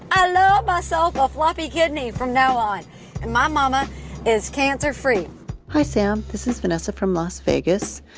i love myself a floppy kidney from now on. and my mama is cancer-free hi, sam. this is vanessa from las vegas.